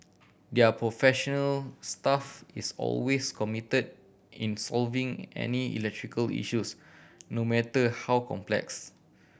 their professional staff is always committed in solving any electrical issues no matter how complex